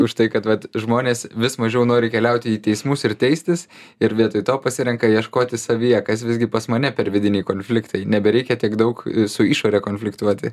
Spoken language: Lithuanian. už tai kad vat žmonės vis mažiau nori keliauti į teismus ir teistis ir vietoj to pasirenka ieškoti savyje kas visgi pas mane per vidiniai konfliktai nebereikia tiek daug su išore konfliktuoti